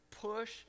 push